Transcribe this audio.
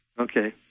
Okay